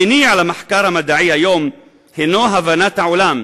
המניע למחקר המדעי היום הוא הבנת העולם,